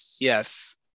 Yes